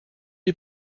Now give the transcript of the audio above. les